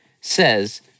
says